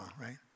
Right